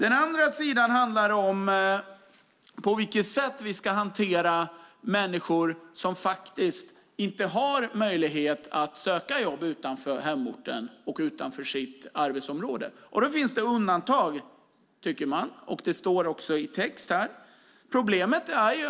Å andra sidan handlar det om på vilket sätt vi ska hantera människor som inte har möjlighet att söka jobb utanför hemorten och utanför sitt arbetsområde. Det finns undantag, tycker man. Det står också om det i texten här.